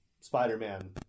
Spider-Man